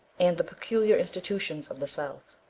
and the peculiar institutions of the south.